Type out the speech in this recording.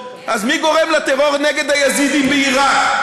אז מי גורם לטרור נגד היזידים בעיראק?